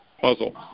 puzzle